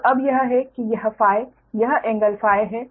तो अब यह है कि यह Φ यह एंगल Φ है